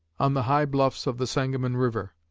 on the high bluffs of the sangamon river,